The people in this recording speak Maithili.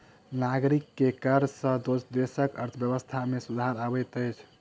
नागरिक के कर सॅ देसक अर्थव्यवस्था में सुधार अबैत अछि